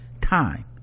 time